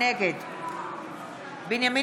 נגד בנימין